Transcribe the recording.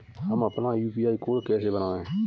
हम अपना UPI code कैसे बनाएँ?